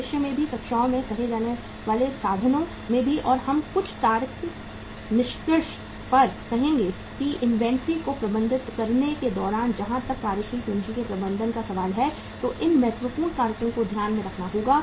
भविष्य में भी कक्षाओं में कहे जाने वाले साधनों में भी और हम कुछ तार्किक निष्कर्ष पर कहेंगे कि इन्वेंट्री को प्रबंधित करने के दौरान जहां तक कार्यशील पूंजी के प्रबंधन का सवाल है तो किन महत्वपूर्ण कारकों को ध्यान में रखना होगा